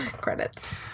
Credits